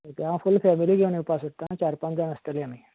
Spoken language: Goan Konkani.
हांव फूल फेमिलीक घेवन येवपा सोदतां चार पांच जाण आसतलीं आमी